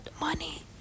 Money